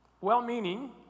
Well-meaning